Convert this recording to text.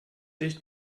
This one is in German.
echt